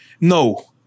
no